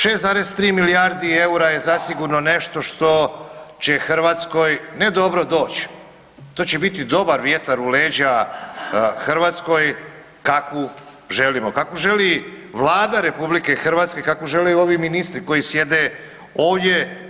6,3 milijardi eura je zasigurno nešto što će Hrvatskoj ne dobro doć, to će biti dobar vjetar u leđa Hrvatskoj kakvu želimo, kakvu želi Vlada RH, kakvu žele ovi ministri koji sjede ovdje.